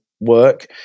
work